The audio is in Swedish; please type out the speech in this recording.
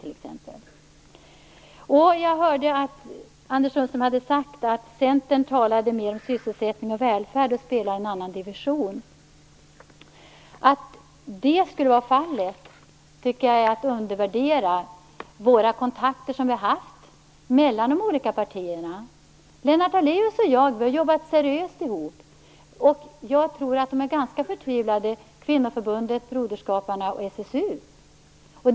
Jag har hört att Anders Sundström sagt att Centern talar mer om sysselsättning och välfärd och spelar i en annan division. Om så är fallet tycker jag att det är att undervärdera de kontakter som varit mellan de olika partierna. Lennart Daléus och jag har jobbat seriöst ihop. Jag tror att Kvinnoförbundet, Broderskaparna och SSU är ganska förtvivlade.